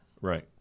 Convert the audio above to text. Right